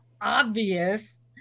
obvious